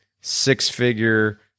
six-figure